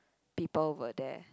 people were there